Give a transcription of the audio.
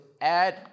add